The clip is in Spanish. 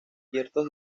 ciertos